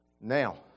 Now